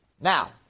Now